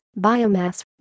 biomass